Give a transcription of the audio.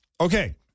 Okay